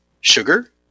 sugar